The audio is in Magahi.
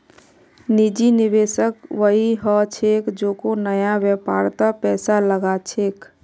निजी निवेशक वई ह छेक जेको नया व्यापारत पैसा लगा छेक